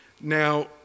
Now